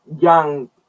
young